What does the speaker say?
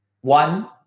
One